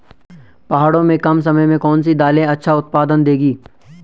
पहाड़ों में कम समय में कौन सी दालें अच्छा उत्पादन देंगी?